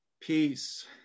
Peace